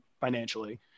financially